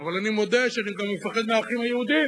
אבל אני מודה שאני גם מפחד מהאחים היהודים,